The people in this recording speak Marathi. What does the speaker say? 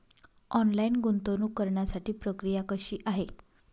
ऑनलाईन गुंतवणूक करण्यासाठी प्रक्रिया कशी आहे?